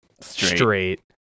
straight